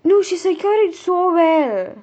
no she secure it so well